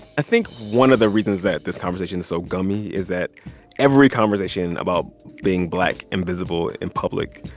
i think one of the reasons that this conversation is so gummy is that every conversation about being black and visible in public,